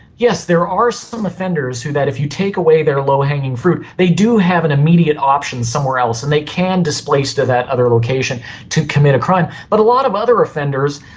yes, there are some offenders who if you take away their low-hanging fruit, they do have an immediate option somewhere else and they can displace to that other location to commit a crime. but a lot of other offenders,